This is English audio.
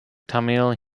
tamil